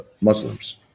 Muslims